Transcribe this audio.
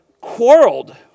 quarreled